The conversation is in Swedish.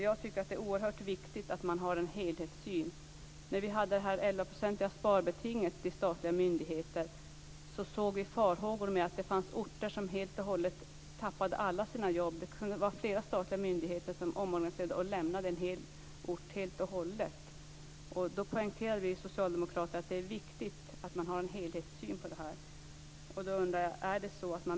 Jag tycker att det är oerhört viktigt att man har en helhetssyn. När statliga myndigheter fick det elvaprocentiga sparbetinget såg vi farhågor med att det kunde finnas orter som förlorade alla sina jobb. Det kunde vara flera statliga myndigheter som omorganiserades och lämnade en ort helt och hållet. Därför poängterade vi socialdemokrater att det är viktigt att ha en helhetssyn på detta.